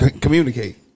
communicate